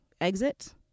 exit